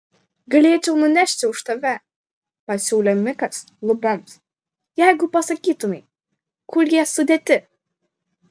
galėčiau nunešti už tave pasiūlė mikas luboms jeigu pasakytumei kur jie sudėti